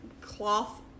cloth